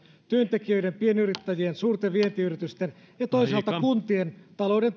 työntekijöiden pienyrittäjien ja suurten vientiyritysten sekä toisaalta kuntien talouden